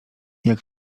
jak